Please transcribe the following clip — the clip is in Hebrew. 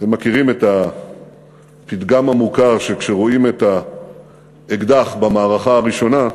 אתם מכירים את הפתגם המוכר שכשרואים את האקדח במערכה הראשונה,